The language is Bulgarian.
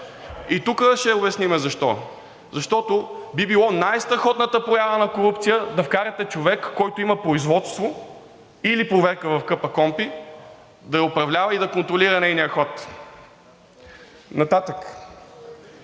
И тук ще обясним защо. Защото би било най страхотната проява на корупция да вкарате човек, който има производство или проверка в КПКОНПИ, да я управлява и да контролира нейния ход. Нататък,